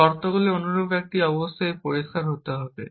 শর্তগুলি অনুরূপ একটি অবশ্যই পরিষ্কার হতে হবে